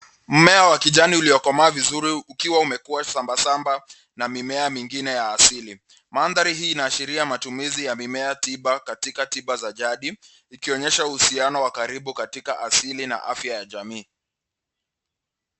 Mmea wa kijani uliokomaa vizuri ukiwa umekuwa samba samba na mimea mingine ya asili. Mandhari hii inaashiria matumizi ya mimea tiba katika tiba za jadi, ikionyesha uhusiano wa karibu katika asili na afya ya jamii.